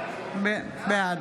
בעד